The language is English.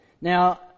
Now